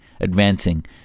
advancing